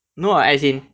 no as in